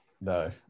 No